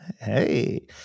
Hey